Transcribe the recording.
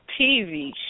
TV